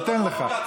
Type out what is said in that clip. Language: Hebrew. אני אתן לך.